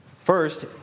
First